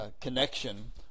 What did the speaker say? connection